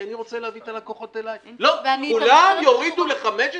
כי אני רוצה להביא את הלקוחות כולם יורידו ל-15 שנים?